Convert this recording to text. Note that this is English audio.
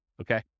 Okay